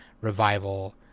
revival